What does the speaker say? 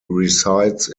resides